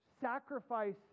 sacrifice